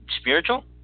spiritual